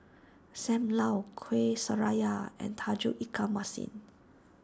Sam Lau Kuih Syara and Tauge Ikan Masin